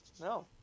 No